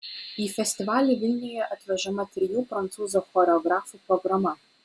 į festivalį vilniuje atvežama trijų prancūzų choreografų programa